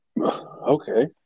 Okay